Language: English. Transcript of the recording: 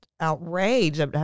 Outraged